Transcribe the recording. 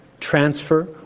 transfer